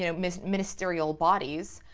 you know ministerial bodies,